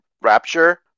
Rapture